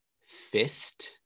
Fist